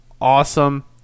awesome